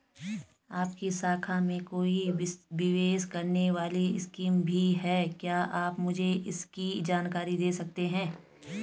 आपकी शाखा में कोई निवेश करने वाली स्कीम भी है क्या आप मुझे इसकी जानकारी दें सकते हैं?